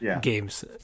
games